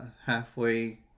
halfway